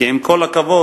כי עם כל הכבוד,